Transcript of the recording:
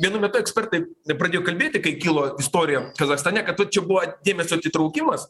vienu metu ekspertai pradėjo kalbėti kai kilo istorija kazachstane kad vat čia buvo dėmesio atitraukimas